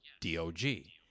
D-O-G